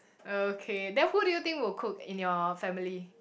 okay then who do you think will cook in your family